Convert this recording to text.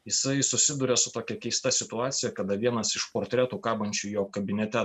jisai susiduria su tokia keista situacija kada vienas iš portretų kabančių jo kabinete